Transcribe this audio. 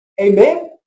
Amen